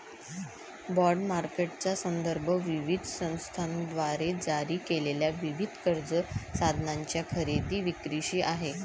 bond मार्केटचा संदर्भ विविध संस्थांद्वारे जारी केलेल्या विविध कर्ज साधनांच्या खरेदी विक्रीशी आहे